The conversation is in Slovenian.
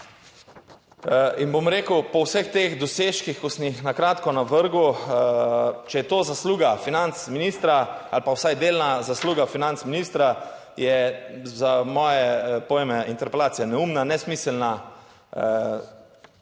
In bom rekel, po vseh teh dosežkih, ki sem jih na kratko navrgel, če je to zasluga financ ministra ali pa vsaj delna zasluga financ ministra, je za moje pojme interpelacija neumna, nesmiselna,